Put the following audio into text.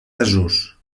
desús